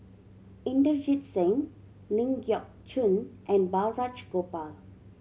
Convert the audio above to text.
Inderjit Singh Ling Geok Choon and Balraj Gopal